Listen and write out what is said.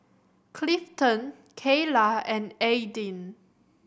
Clifton Kayla and Aidyn